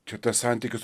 čia tas santykis